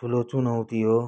ठुलो चुनौती हो